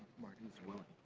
marty zwilling